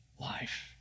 life